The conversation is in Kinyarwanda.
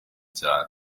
cyane